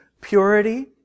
purity